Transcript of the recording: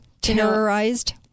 terrorized